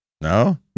No